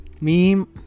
meme